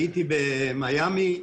הייתי במיאמי,